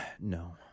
No